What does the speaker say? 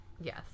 yes